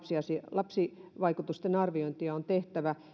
lapsivaikutusten arviointeja on tehtävä